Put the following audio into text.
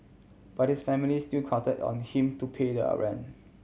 but his family still counted on him to pay their rent